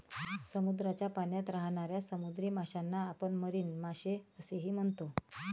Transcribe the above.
समुद्राच्या पाण्यात राहणाऱ्या समुद्री माशांना आपण मरीन मासे असेही म्हणतो